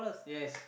yes